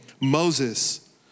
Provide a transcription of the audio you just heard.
Moses